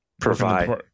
Provide